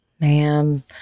Man